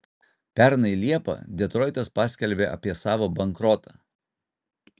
pernai liepą detroitas paskelbė apie savo bankrotą